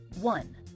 One